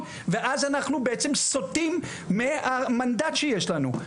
ואז אנחנו בעצם סוטים מהמנדט שיש לנו,